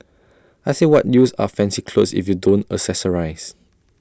I say what use are fancy clothes if you don't accessorise